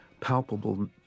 palpable